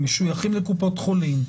הם משויכים לקופות חולים,